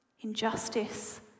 Injustice